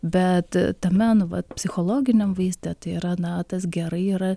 bet tame nu vat psichologiniam vaizde tai yra na tas gerai yra